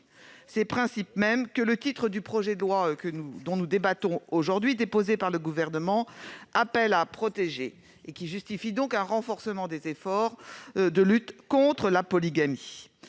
ces principes mêmes que le titre du projet de loi dont nous débattons aujourd'hui appelle à protéger et qui justifient un renforcement des efforts dans la lutte contre la polygamie.